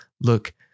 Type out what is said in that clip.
look